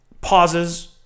Pauses